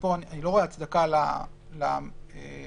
אז לפחות לאפשר לקבל